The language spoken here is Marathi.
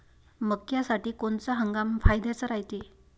मक्क्यासाठी कोनचा हंगाम फायद्याचा रायते?